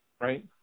right